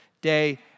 day